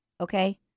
Okay